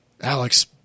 Alex